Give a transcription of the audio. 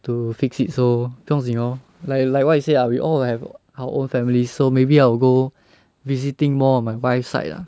to fix it so 不用紧 lor like like what you said ah we all have our own family so maybe I'll go visiting more of my wife's side lah